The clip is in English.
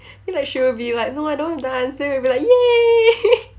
feel like she'll be no I don't want to dance then we'll be like !yay!